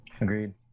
Agreed